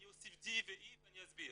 אני אוסיף D ו-E, ואני אסביר.